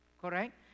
correct